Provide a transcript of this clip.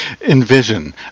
envision